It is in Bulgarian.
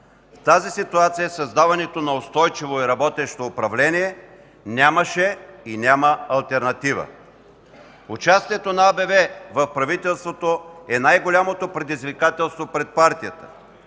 В тази ситуация създаването на устойчиво и работещо управление нямаше и няма алтернатива. Участието на АБВ в правителството е най-голямото предизвикателство пред партията.